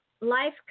life